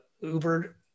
Uber